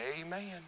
amen